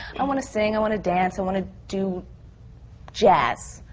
i want to sing, i want to dance, i want to do jazz.